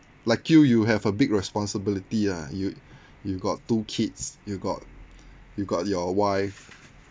like you you have a big responsibility ah you you got two kids you got you got your wife